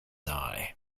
eye